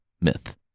MYTH